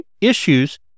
issues